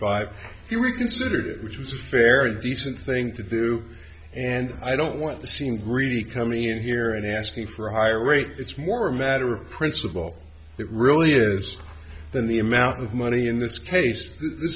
five you reconsidered it which was a fair and decent thing to do and i don't want to seem greedy coming in here and asking for a higher rate it's more a matter of principle it really is than the amount of money in this case th